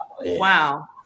Wow